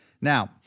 Now